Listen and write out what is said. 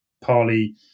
Parley